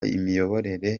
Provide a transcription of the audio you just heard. imiyoborere